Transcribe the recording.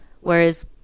Whereas